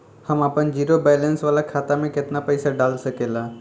हम आपन zero balance वाला खाता मे केतना पईसा डाल सकेला?